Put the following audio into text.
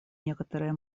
некоторые